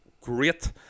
great